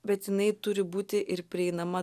bet jinai turi būti ir prieinama